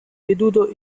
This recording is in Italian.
veduto